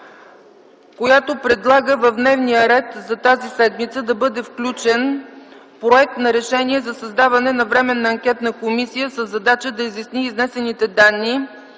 която предлага в дневния ред за тази седмица да бъде включен проект за Решение за създаване на Временна анкетна комисия със задача да изясни изнесените данни